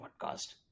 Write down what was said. Podcast